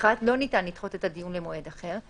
(1)לא ניתן לדחות את הדיון למועד אחר,